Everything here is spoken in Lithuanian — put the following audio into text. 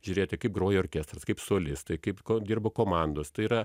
žiūrėti kaip groja orkestras kaip solistai kaip dirba komandos tai yra